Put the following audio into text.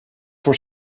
voor